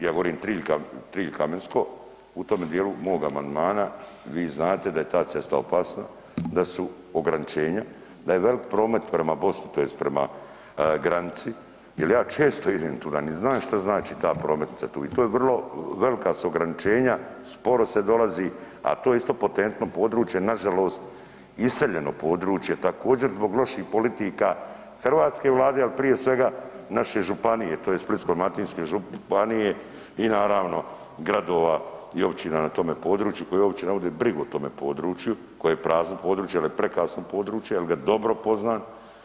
Ja govorim Trilj, Trilj-Kamensko, u tome dijelu moga amandmana vi znate da je ta cesta opasna, da su ograničenja, da je velik promet prema Bosni tj. prema granici jel ja često idem tuda nit znam šta znači ta prometnica tu i to je vrlo velika su ograničenja, sporo se dolazi, a to je isto potentno područje, nažalost iseljeno područje također zbog loših politika hrvatske Vlade, ali prije svega naše županije tj. Splitsko-dalmatinske županije i naravno gradova i općina na tome području koje uopće ne vode brigu o tome području, koje je prazno područje, ali je prekrasno područje jel ga dobro poznam.